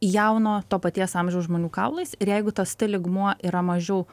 jauno to paties amžiaus žmonių kaulais ir jeigu tas t lygmuo yra mažiau